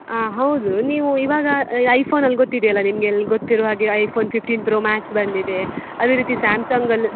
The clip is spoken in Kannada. ಹಾಂ ಹೌದು ನೀವು ಇವಾಗ ಐಫೋನಲ್ಲಿ ಗೊತ್ತಿದೆ ಅಲ್ಲ ನಿಮಗೆ ಅಲ್ಲಿ ಗೊತ್ತಿರೊ ಹಾಗೆ ಐಫೋನ್ ಫಿಫ್ಟಿನ್ ಪ್ರೋ ಮ್ಯಾಕ್ಸ್ ಬಂದಿದೆ ಅದೇ ರೀತಿ ಸ್ಯಾಮ್ಸಂಗಲ್ಲೂ